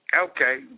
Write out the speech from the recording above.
Okay